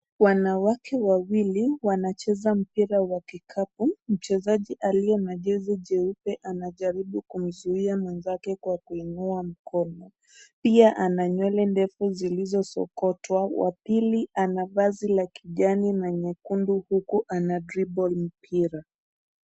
Wanawake wawili wanacheza mpira wa kikapu. Mchezaji aliye na jezi jeupe anajaribu kumzuia mwenzake kwa kuinua mkono. Pia ana nywele ndefu zilizo sokotwa. Wapili ana vazi la kijani na nyekundu huku ana dribble mpira.